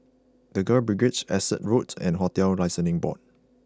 The Girls Brigade Essex Road and Hotels Licensing Board